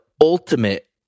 ultimate